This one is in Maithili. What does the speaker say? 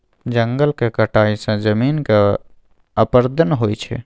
जंगलक कटाई सँ जमीनक अपरदन होइ छै